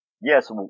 yes